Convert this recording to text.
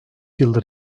yıldır